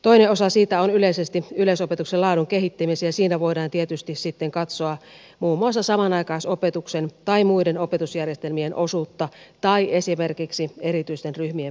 toinen osa siitä on yleisesti yleisopetuksen laadun kehittämiseen ja siinä voidaan tietysti sitten katsoa muun muassa samanaikaisopetuksen tai muiden opetusjärjestelmien osuutta tai esimerkiksi erityisten ryhmien perustamista